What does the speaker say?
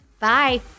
Bye